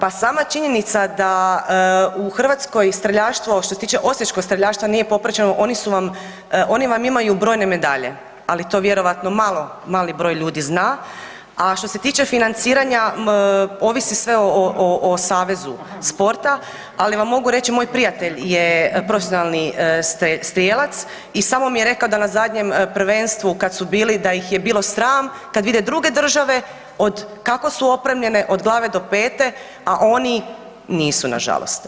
Pa sama činjenica da u Hrvatskoj streljaštvo, što se tiče osječkog streljaštva, nije popraćeno, oni su vam, oni vam imaju brojne medalje, ali to vjerojatno mali broj ljudi zna, a što se tiče financiranja, ovisi sve o savezu sporta, ali vam mogu reći, moj prijatelj je profesionalni strijelac i samo mi je rekao da na zadnjem prvenstvu kad su bili, da ih je bilo sram, kad vide druge države, od, kako su opremljene, od glave do pete, a oni nisu nažalost.